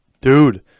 Dude